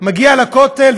מגיע לכותל,